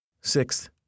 Sixth